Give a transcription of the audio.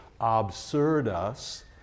absurdus